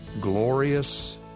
glorious